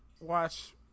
watch